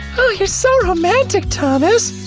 you're so romantic, thomas!